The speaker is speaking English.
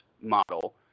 model